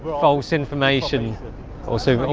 false information also,